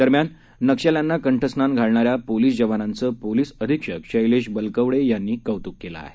दरम्यान नक्षल्यांना कंठस्नान घालणाऱ्या पोलीस जवानांचं पोलिस अधीक्षक शैलेश बलकवडे यांनी कौतूक केलं आहे